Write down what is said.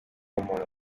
umuntu